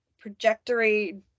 trajectory